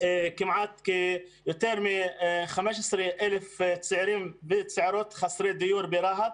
יותר מ-15,000 צעירים וצעירות חסרי דיור ברהט.